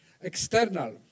external